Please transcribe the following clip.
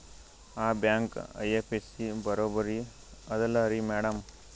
ಆ bank IFSC ಬರೊಬರಿ ಅದಲಾರಿ ಮ್ಯಾಡಂ?